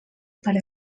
per